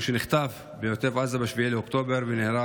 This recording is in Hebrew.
שנחטף מעוטף עזה ב-7 באוקטובר ונהרג